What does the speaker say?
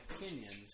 opinions